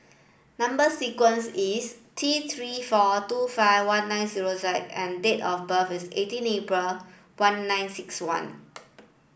number sequence is T three four two five one nine zero Z and date of birth is eighteen April one nine six one